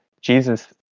Jesus